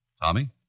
Tommy